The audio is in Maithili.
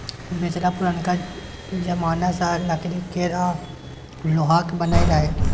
बेलचा पुरनका जमाना मे लकड़ी केर आ लोहाक बनय रहय